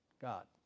God